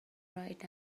right